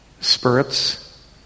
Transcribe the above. spirits